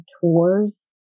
tours